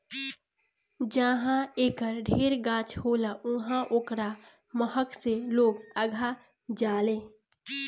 जहाँ एकर ढेर गाछ होला उहाँ ओकरा महक से लोग अघा जालें